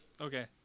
okay